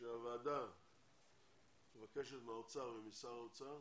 הוועדה מבקשת מהאוצר ומשר האוצר